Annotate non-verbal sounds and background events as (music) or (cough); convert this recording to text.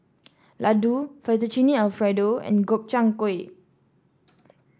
Ladoo Fettuccine Alfredo and Gobchang Gui (noise)